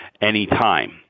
anytime